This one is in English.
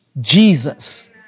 Jesus